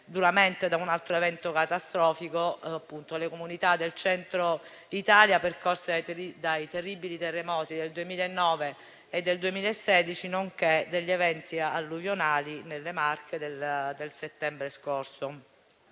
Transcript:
duramente da un altro evento catastrofico: mi riferisco alle comunità del Centro Italia, colpite dai terribili terremoti del 2009 e del 2016, nonché dagli eventi alluvionali delle Marche del settembre scorso.